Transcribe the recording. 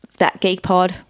thatgeekpod